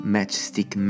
Matchstick